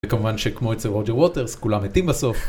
וכמובן שכמו אצל רוג'ר ווטרס, כולם מתים בסוף.